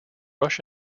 rush